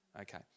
Okay